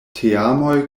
teamoj